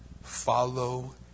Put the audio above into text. follow